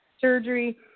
surgery